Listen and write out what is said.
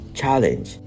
challenge